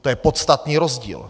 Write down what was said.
To je podstatný rozdíl.